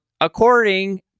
According